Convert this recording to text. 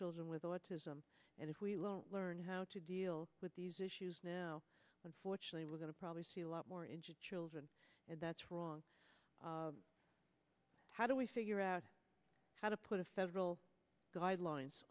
children with autism and if we won't learn how to deal with these issues now unfortunately we're going to probably see a lot more injured children and that's wrong how do we figure out how to put a federal guidelines